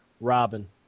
Robin